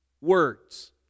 words